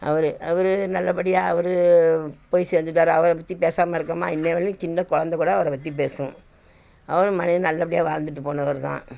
அவர் அவர் நல்லபடியாக அவர் போய் சேர்ந்துட்டாரு அவரை பற்றி பேசாமல் இருக்கோமா இன்றைய வரையும் சின்ன கொழந்த கூட அவரை பற்றி பேசும் அவரும் மண்ணில் நல்லபடியாக வாழ்ந்துட்டு போனவர் தான்